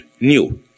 new